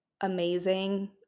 amazing